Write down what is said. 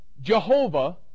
Jehovah